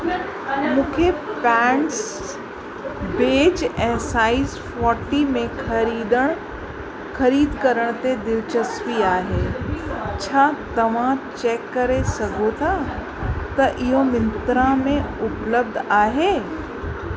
मूंखे pants beige ऐं size forty में ख़रीदणु ख़रीद करण ते दिलचस्पी आहे छा तव्हां चैक करे सघो था त इहो मिंत्रा में उपलब्ध आहे